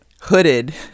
hooded